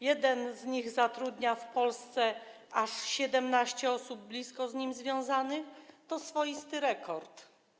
Jeden z nich zatrudnia w Polsce aż 17 osób blisko z nim związanych, to swoisty rekord.